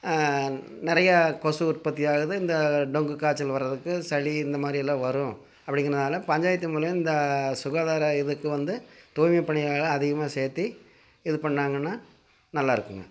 நிறையா கொசு உற்பத்தி ஆகுது இந்த டொங்கு காய்ச்சல் வரதுக்கு சளி இந்தமாதிரி எல்லாம் வரும் அப்படிங்கிறனால பஞ்சாயத்து மூலியும் இந்த சுகாதார இதுக்கு வந்து தூய்மை பணியாளரை அதிகமாக சேர்த்தி இது பண்ணாங்கன்னா நல்லா இருக்குங்க